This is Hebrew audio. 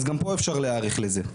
אז גם פה אפשר להיערך לזה.